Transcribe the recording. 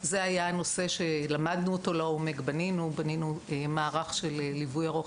זה היה נושא שלמדנו אותו לעומק ובנינו מערך של ליווי ארוך